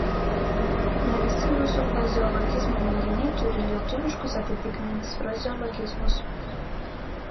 ne visi rusų frazeologizmo junginiai turi lietuviškus atitikmenis frazeologizmus